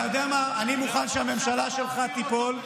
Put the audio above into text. אתה יודע מה, אני מוכן שהממשלה שלך תיפול,